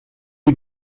you